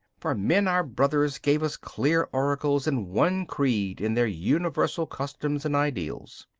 for men our brothers gave us clear oracles and one creed in their universal customs and ideals.